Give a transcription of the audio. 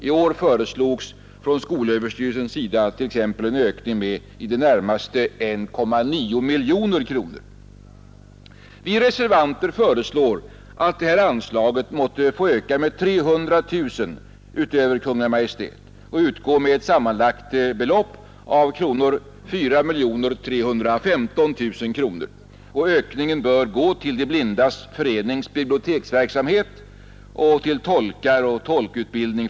I år föreslog skolöverstyrelsen t.ex. en ökning med i det närmaste 1,9 miljoner kronor. Vi reservanter föreslår att det här anslaget måtte ökas med 300 000 Nr 56 kronor utöver vad Kungl. Maj:t föreslagit upp till ett sammanlagt belopp Onsdagen den av 4315 000 kronor. Ökningen bör gå till De blindas förenings 12 april 1972 biblioteksverksamhet samt till tolkar för döva och tolkutbildning.